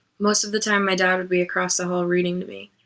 most of the time my dad would be across the hall reading to me,